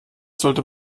sollte